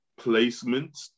placements